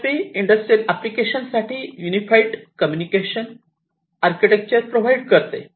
CIP industrial application साठी unified communication architecture provide करते